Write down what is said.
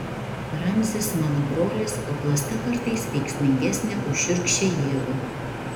ramzis mano brolis o klasta kartais veiksmingesnė už šiurkščią jėgą